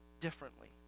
differently